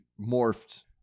morphed